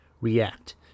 react